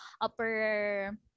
upper